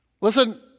Listen